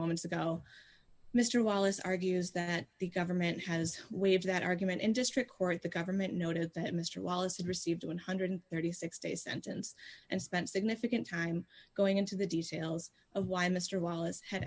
moments ago mr wallace argues that the government has waived that argument in district court the government noted that mr wallace had received one hundred and thirty six days sentence and spent significant time going into the details of why mr wallis had